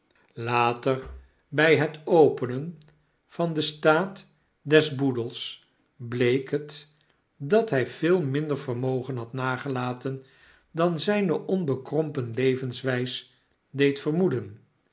later bg het openen van den staat des boedels bleek het dat hg veel minder vermogen had nagelaten dan zgne onbekrompen levenswgs deed vermoeden